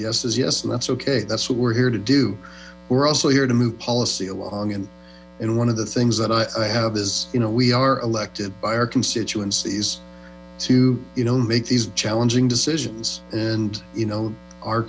there's yes and that's ok that's what we're here to do we're also here to move policy along and in one of the things that i have is you know we are elected by our constituencies to you know make these challenging decisions and you know our